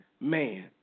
Man